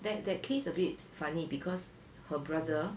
that that case a bit funny because her brother